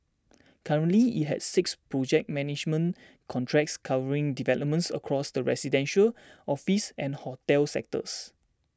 currently it has six project management contracts covering developments across the residential office and hotel sectors